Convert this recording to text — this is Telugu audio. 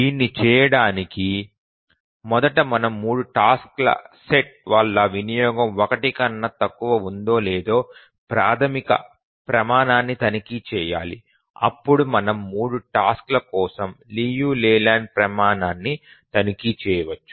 దీన్ని చేయడానికి మొదట మనం 3 టాస్క్ల సెట్ల వల్ల వినియోగం 1 కన్నా తక్కువగా ఉందో లేదో ప్రాథమిక ప్రమాణాన్ని తనిఖీ చేయాలి అప్పుడు మనము 3 టాస్క్ల కోసం లియు లేలాండ్ ప్రమాణాన్ని తనిఖీ చేయవచ్చు